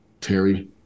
Terry